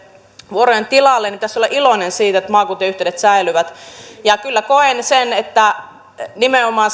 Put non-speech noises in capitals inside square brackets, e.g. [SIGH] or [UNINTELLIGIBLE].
vuorojen tilalle niin pitäisi olla iloinen siitä että maakuntien yhteydet säilyvät kyllä koen sen että nimenomaan [UNINTELLIGIBLE]